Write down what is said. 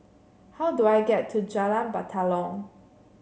how do I get to Jalan Batalong